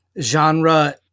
genre